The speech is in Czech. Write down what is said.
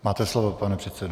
Máte slovo, pane předsedo.